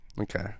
Okay